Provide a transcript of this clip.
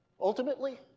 ultimately